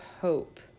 Hope